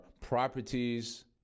properties